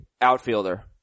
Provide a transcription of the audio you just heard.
outfielder